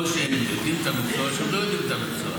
או שהם יודעים את המקצוע או שהם לא יודעים את המקצוע,